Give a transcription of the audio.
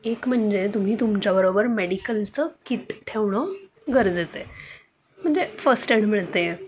एक म्हणजे तुम्ही तुमच्याबरोबर मेडिकलचं किट ठेवणं गरजेचं आहे म्हणजे फस्ट एड मिळते